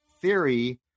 theory